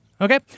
Okay